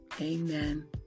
Amen